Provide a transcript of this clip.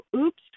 oops